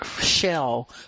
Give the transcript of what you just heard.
shell